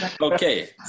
okay